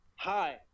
hi